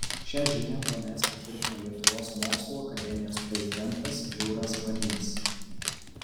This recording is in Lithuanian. šią žinią bns patvirtino lietuvos mokslų akademijos prezidentas jūras banys